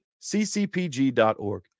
ccpg.org